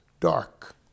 Dark